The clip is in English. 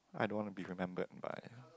I don't wanna be remembered by